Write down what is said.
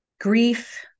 grief